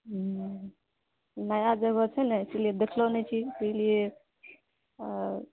हुँ नया जगह छै ने इसिलिए देखलहुँ नहि छी इसिलिए ओ